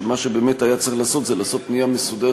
שמה שבאמת היה צריך לעשות זה לעשות פנייה מסודרת